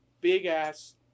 big-ass